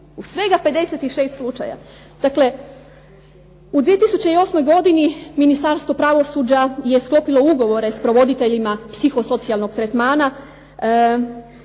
u svega 56 slučaja. Dakle, u 2008. godini Ministarstvo pravosuđa je sklopila ugovore s provoditeljima psiho socijalnog tretmana